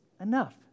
enough